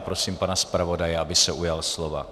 Prosím pana zpravodaje, aby se ujal slova.